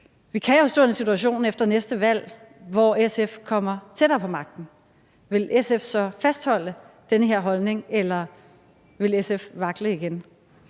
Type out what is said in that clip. vi kan jo stå i en situation efter næste valg, hvor SF kommer tættere på magten. Vil SF så fastholde den her holdning, eller vil SF vakle igen?